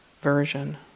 version